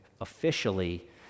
officially